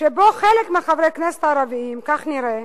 שבו חלק מחברי הכנסת הערבים, כך נראה,